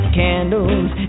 candles